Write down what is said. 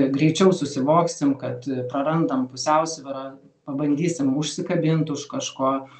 greičiau susivoksim kad prarandam pusiausvyrą pabandysim užsikabint už kažko